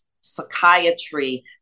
psychiatry